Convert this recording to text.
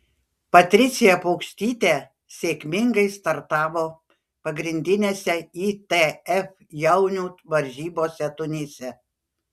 patricija paukštytė sėkmingai startavo pagrindinėse itf jaunių varžybose tunise